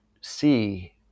see